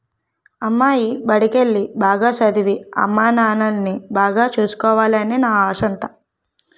అమ్మాయి బడికెల్లి, బాగా సదవి, అమ్మానాన్నల్ని బాగా సూసుకోవాలనే నా ఆశంతా